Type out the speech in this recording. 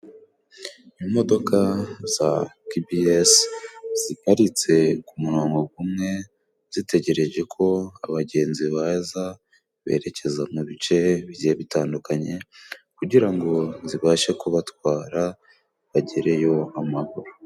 Imodoka za kebiyesi， ziparitse ku murongo umwe， zitegereje ko abagenzi baza berekeza mu bice bigiye bitandukanye， kugira ngo zibashe kubatwara bagereyo amahoro.